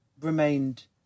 remained